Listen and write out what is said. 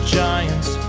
giants